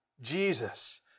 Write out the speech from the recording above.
Jesus